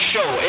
show